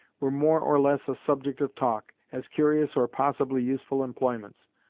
were more or less a subject of talk, as curious or possibly useful employments.